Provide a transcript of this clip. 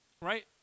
right